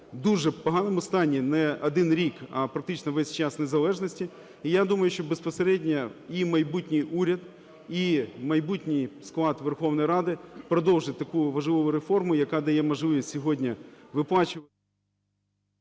дуже поганому стані не один рік, а практично весь час незалежності. І я думаю, що безпосередньо і майбутній уряд, і майбутній склад Верховної Ради продовжить таку важливу реформу, яка дає можливість сьогодні виплачувати…